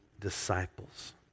disciples